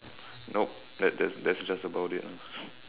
nope that that that's just about it lah